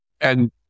And-